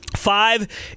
Five